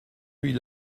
nuit